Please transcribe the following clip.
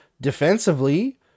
defensively